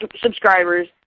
subscribers